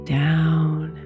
down